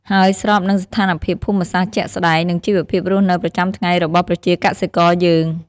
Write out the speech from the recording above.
ហើយស្រប នឹងស្ថានភាពភូមិសាស្ត្រជាក់ស្តែង និងជីវភាពរស់នៅប្រចាំថ្ងៃរបស់ប្រជាកសិករយើង។